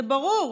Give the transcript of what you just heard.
זה ברור.